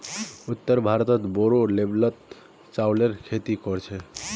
उत्तर भारतत बोरो लेवलत चावलेर खेती कर छेक